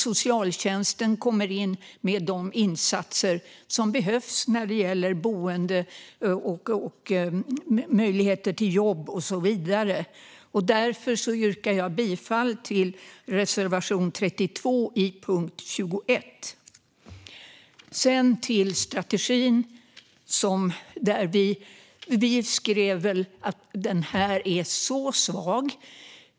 Socialtjänsten kommer in med de insatser som behövs när det gäller boende, möjligheter till jobb och så vidare. Därför yrkar jag bifall till reservation 32 under punkt 21. Sedan till strategin, vilken som vi har skrivit är väldigt svag.